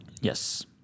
yes